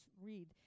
read